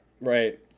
Right